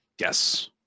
Yes